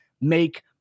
make